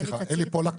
אלי פולק,